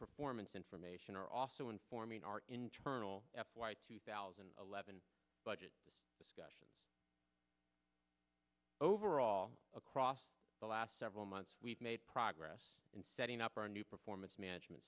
performance information are also informing our internal f y two thousand and eleven budget discussion overall across the last several months we've made progress in setting up our new performance management